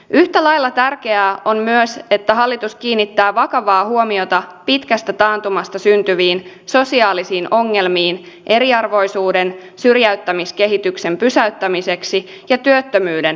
yhtälailla tärkeää on myös se että hallitus kiinnittää vakavaa huomiota pitkästä taantumasta syntyviin sosiaalisiin ongelmiin eriarvoisuuden syrjäyttämiskehityksen pysäyttämiseksi ja työttömyyden